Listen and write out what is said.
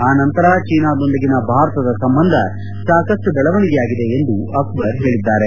ಆ ನಂತರ ಚೀನಾದೊಂದಿಗಿನ ಭಾರತದ ಸಂಬಂಧ ಸಾಕಷ್ಟು ಬೆಳವಣಿಗೆಯಾಗಿದೆ ಎಂದು ಅಕ್ಖರ್ ತಿಳಿಸಿದ್ದಾರೆ